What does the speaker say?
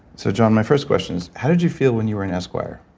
so john my first question is how did you feel when you were in esquire?